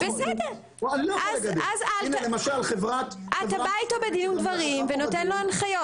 בסדר, אתה בא אתו בדין ודברים ונותן לו הנחיות.